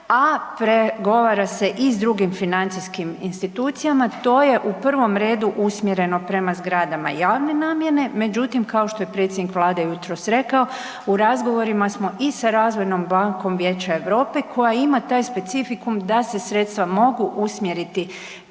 a pregovara se i s drugim financijskim institucijama, to je u prvom redu usmjereno prema zgradama javne namjene, međutim kao što je predsjednik vlade jutros rekao, u razgovorima smo i sa Razvojnom bankom Vijeća Europe koja ima taj specifikum da se ta sredstva mogu usmjeriti